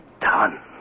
done